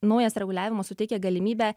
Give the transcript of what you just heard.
naujas reguliavimas suteikia galimybę